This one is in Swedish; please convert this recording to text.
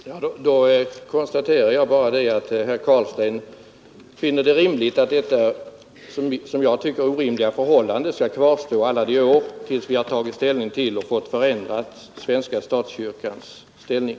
Fru talman! Då konstaterar jag bara att herr Carlstein finner det riktigt att detta enligt min mening orimliga förhållande skall kvarstå under alla de år som kommer att gå till dess att vi tagit ställning till den svenska statskyrkans ställning.